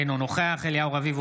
אינו נוכח אליהו רביבו,